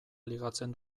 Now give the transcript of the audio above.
ligatzen